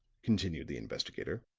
continued the investigator,